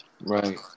Right